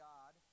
God